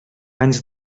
anys